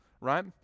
right